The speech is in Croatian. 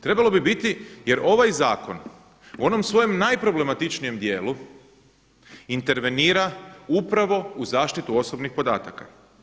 Trebalo bi biti, jer ovaj zakon u onom svojem najproblematičnijem dijelu intervenira upravo u zaštitu osobnih podataka.